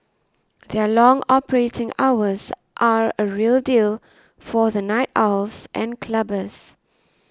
their long operating hours are a real deal for the night owls and clubbers